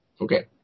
Okay